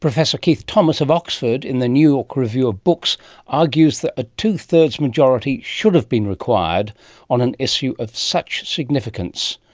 keith thomas of oxford, in the new york review of books argues that a two thirds majority should have been required on an issue of such significance,